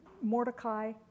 Mordecai